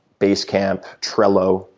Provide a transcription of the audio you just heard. basecamp, trello,